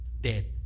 dead